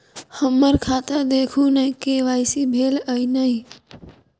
हम्मर खाता देखू नै के.वाई.सी भेल अई नै?